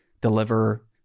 deliver